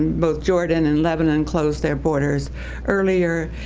both jordan and lebanon closed their borders earlier,